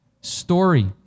story